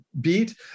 beat